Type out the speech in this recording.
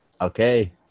Okay